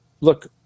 look